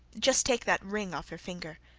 just take that ring off her finger.